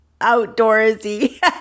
outdoorsy